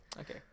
Okay